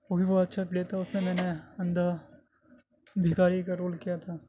وہ بھی بہت اچھا پلے تھا اس میں میں نے اندھا بھیکاری کا رول کیا تھا